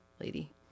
lady